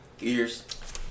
ears